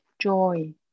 joy